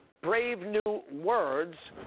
brave new words,